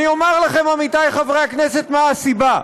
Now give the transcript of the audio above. אני אומר לכם, עמיתי חברי הכנסת, מה הסיבה.